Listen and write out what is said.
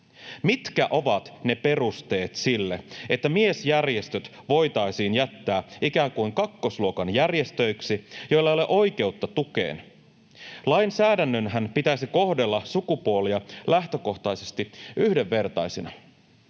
Mitkä ovat ne perusteet sille, että miesjärjestöt voitaisiin jättää ikään kuin kakkosluokan järjestöiksi, joilla ei ole oikeutta tukeen? Lainsäädännönhän pitäisi kohdella sukupuolia lähtökohtaisesti yhdenvertaisina.